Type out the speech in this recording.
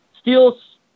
steel's